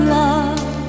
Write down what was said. love